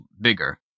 bigger